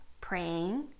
praying